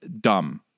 Dumb